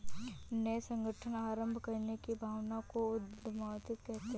नये संगठन आरम्भ करने की भावना को उद्यमिता कहते है